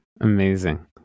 amazing